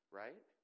right